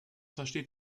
versteht